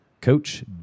Coach